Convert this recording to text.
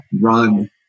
run